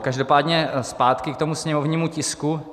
Každopádně zpátky k tomu sněmovnímu tisku.